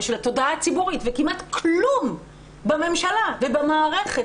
בשל התודעה הציבורית וכמעט כלום בממשלה ובמערכת,